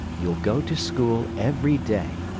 you'll go to school every day.